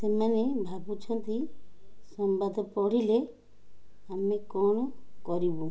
ସେମାନେ ଭାବୁଛନ୍ତି ସମ୍ବାଦ ପଢ଼ିଲେ ଆମେ କ'ଣ କରିବୁ